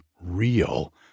real